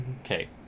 Okay